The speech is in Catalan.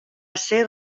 ser